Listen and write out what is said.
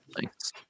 Thanks